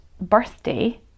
birthday